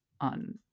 on